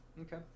Okay